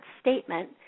statement